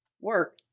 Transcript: work